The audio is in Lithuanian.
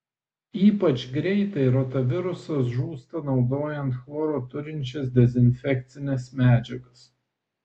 ypač greitai rotavirusas žūsta naudojant chloro turinčias dezinfekcines medžiagas